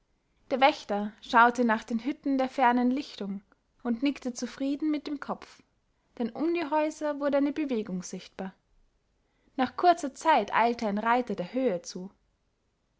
der wächter schaute nach den hütten der fernen lichtung und nickte zufrieden mit dem kopf denn um die häuser wurde eine bewegung sichtbar nach kurzer zeit eilte ein reiter der höhe zu